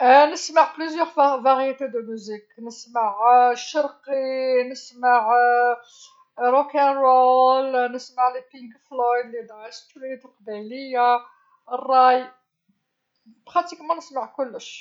﻿نسمع بلوزيوغ فارييتي دو موسيك، نسمع شرقي، نسمع روك اند رول، نسمع لي بينك فلويد، بالقبائلية، الراي، براتيكمون نسمع كلش.